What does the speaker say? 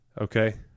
Okay